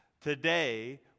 Today